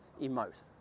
emote